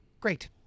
great